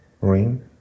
ring